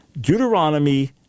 Deuteronomy